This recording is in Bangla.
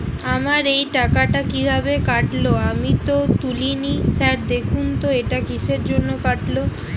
আমার এই টাকাটা কীভাবে কাটল আমি তো তুলিনি স্যার দেখুন তো এটা কিসের জন্য কাটল?